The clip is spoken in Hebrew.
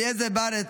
אליעזר ברט,